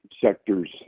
sectors